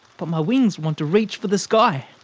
but my wings want to reach for the sky.